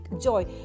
joy